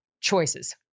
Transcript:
choices